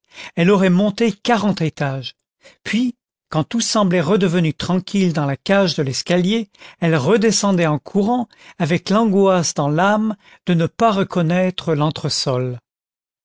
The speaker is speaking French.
elle aurait monté quarante étages puis quand tout semblait redevenu tranquille dans la cage de l'escalier elle redescendait en courant avec l'angoisse dans l'âme de ne pas reconnaître l'entresol